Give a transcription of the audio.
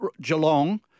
Geelong